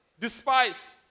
despise